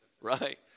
Right